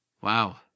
Wow